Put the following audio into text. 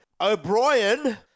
O'Brien